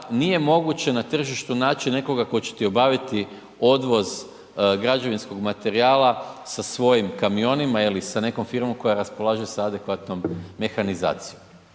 nije moguće na tržištu naći nekoga tko će ti obaviti odvoz građevinskog materijala sa svojim kamionima ili sa nekom firmom koja raspolaže sa adekvatnom mehanizacijom